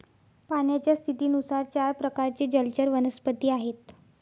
पाण्याच्या स्थितीनुसार चार प्रकारचे जलचर वनस्पती आहेत